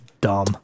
dumb